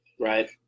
Right